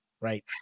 right